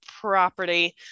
property